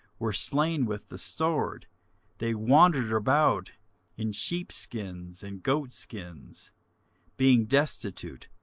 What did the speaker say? were slain with the sword they wandered about in sheepskins and goatskins being destitute,